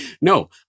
no